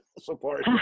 support